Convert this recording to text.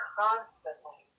constantly